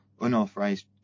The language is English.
unauthorized